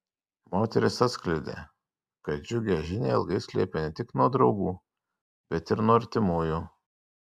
moteris atskleidė kad džiugią žinią ilgai slėpė ne tik nuo draugų bet ir nuo artimųjų